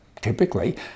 typically